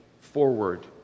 forward